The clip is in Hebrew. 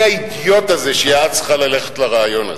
מי האידיוט הזה שייעץ לך ללכת לריאיון הזה?